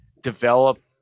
develop